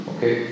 Okay